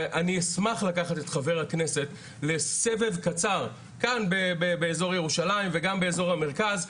ואני אשמח את חבר הכנסת לסבב קצר כאן באיזור ירושלים וגם באיזור המרכז,